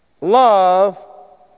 Love